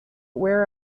where